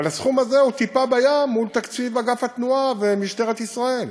אבל הסכום הזה הוא טיפה בים מול תקציב אגף התנועה ומשטרת ישראל.